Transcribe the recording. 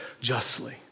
justly